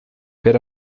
per